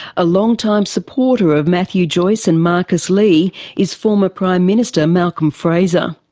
a long time supporter of matthew joyce and marcus lee is former prime minister malcolm fraser.